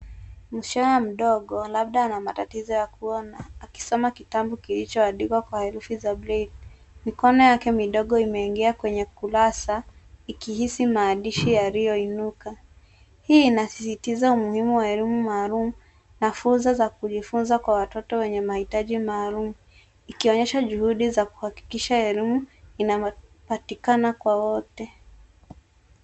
Msichana mdogo labda ana matatizo ya kuona akisoma kitabu kilichoandikwa kwa herufi za braille . Mikono yake midogo imeingia kwenye kurasa ikihisi maandishi yaliyoinuka. Hii inasisitiza umuhimu wa elimu maalum na funzo za kujifunza kwa watoto wenye mahitaji maalum ikionyesha juhudi za kuhakikisha elimu inapatikana kwa wote.